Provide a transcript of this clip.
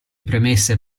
premesse